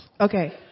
Okay